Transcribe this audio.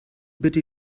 bitte